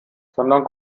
sondern